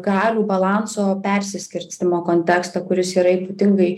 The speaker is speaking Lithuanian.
galių balanso persiskirstymo kontekstą kuris yra ypatingai